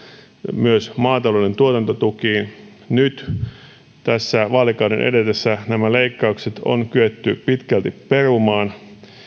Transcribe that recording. myös maatalouden tuotantotukiin nyt tässä vaalikauden edetessä nämä leikkaukset on kyetty pitkälti perumaan